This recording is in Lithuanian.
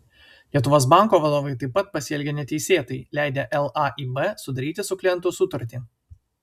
lietuvos banko vadovai taip pat pasielgė neteisėtai leidę laib sudaryti su klientu sutartį